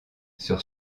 sur